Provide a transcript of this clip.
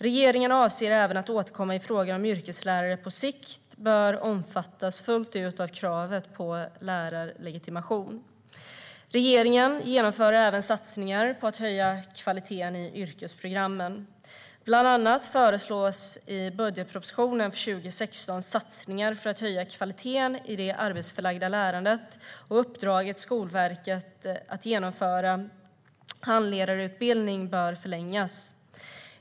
Regeringen avser även att återkomma i frågan om huruvida yrkeslärare på sikt bör omfattas fullt ut av kravet på lärarlegitimation. Regeringen genomför även satsningar på att höja kvaliteten i yrkesprogrammen. Bland annat föreslås i budgetpropositionen för 2016 satsningar för att höja kvaliteten i det arbetsplatsförlagda lärandet, och uppdraget till Skolverket att genomföra handledarutbildning bör förlängas.